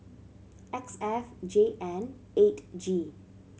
X F J N eight G